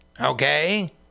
okay